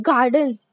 Gardens